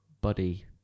Buddy